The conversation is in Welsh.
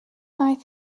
aeth